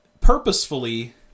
purposefully